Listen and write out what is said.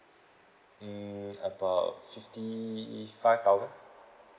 um about fifty five thousand